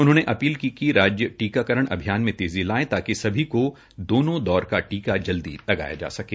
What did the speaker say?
उन्होंने अपील की राज्य टीकाकरण अभियान में तेज़ी लाये ताकि सभी को दोनों दौर का टीका जल्दी लगाया जा सकें